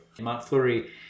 Montfleury